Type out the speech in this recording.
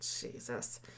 Jesus